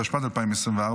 התשפ"ד 2024,